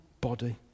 body